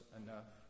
enough